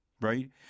right